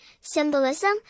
symbolism